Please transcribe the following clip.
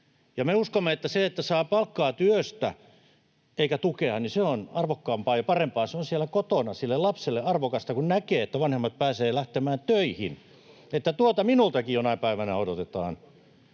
uskomme, että se, että saa palkkaa työstä eikä tukea, on arvokkaampaa ja parempaa. Se on siellä kotona sille lapselle arvokasta, kun hän näkee, että vanhemmat pääsevät lähtemään töihin, että tuota minultakin jonain päivänä odotetaan.